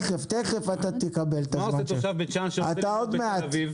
מה עושה תושב בית שאן שעובד בתל אביב?